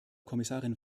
kommissarin